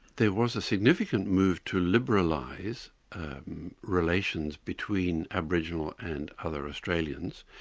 there was a significant move to liberalise relations between aboriginal and other australians,